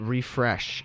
Refresh